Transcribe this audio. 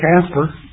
Casper